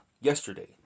yesterday